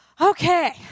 Okay